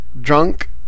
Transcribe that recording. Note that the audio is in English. drunk